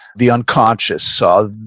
the unconscious so